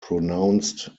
pronounced